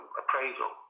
appraisal